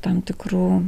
tam tikrų